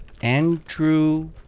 Andrew